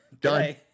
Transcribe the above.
Done